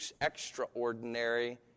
extraordinary